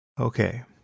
Okay